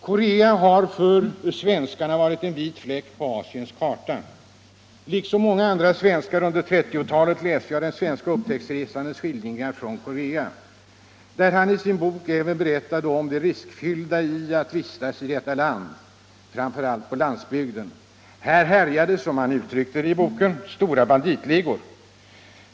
Korea har för svenskarna varit en vit fläck på Asiens karta. Liksom många andra svenskar under 1930-talet läste jag en svensk upptäcktsresandes skildringar från Korea i en bok, där han även berättade om det riskfyllda i att vistas i detta land, framför allt på landsbygden. Där härjade — som han uttryckte det i boken — ”stora banditligor”.